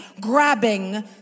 grabbing